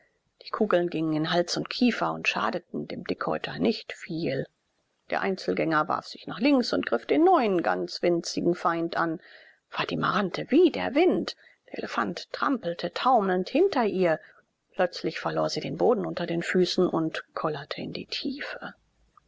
die kugeln gingen in hals und kiefer und schadeten dem dickhäuter nicht viel der einzelgänger warf sich nach links und griff den neuen ganz winzigen feind an fatima rannte wie der wind der elefant trampelte taumelnd hinter ihr plötzlich verlor sie den boden unter den füßen und kollerte in die tiefe